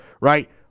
right